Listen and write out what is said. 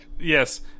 Yes